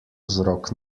vzrok